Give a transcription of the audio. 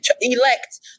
elect